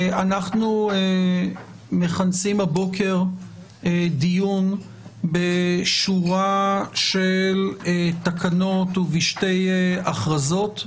אנחנו מכנסים הבוקר דיון בשורה של תקנות ובשתי הכרזות.